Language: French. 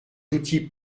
outils